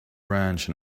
ranch